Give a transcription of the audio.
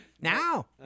now